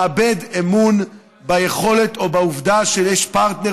מאבד אמון ביכולת או בעובדה שיש פרטנר